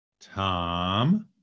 Tom